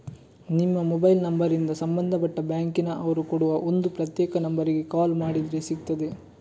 ನಿಮ್ಮ ಮೊಬೈಲ್ ನಂಬರಿಂದ ಸಂಬಂಧಪಟ್ಟ ಬ್ಯಾಂಕಿನ ಅವರು ಕೊಡುವ ಒಂದು ಪ್ರತ್ಯೇಕ ನಂಬರಿಗೆ ಕಾಲ್ ಮಾಡಿದ್ರೆ ಸಿಗ್ತದೆ